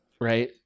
Right